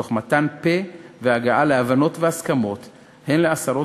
תוך מתן פֶּה והגעה להבנות והסכמות הן לעשרות